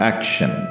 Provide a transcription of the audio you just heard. Action